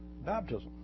baptism